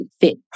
fit